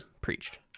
preached